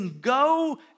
go